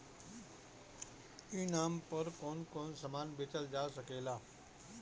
ई नाम पर कौन कौन समान बेचल जा सकेला?